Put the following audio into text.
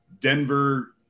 Denver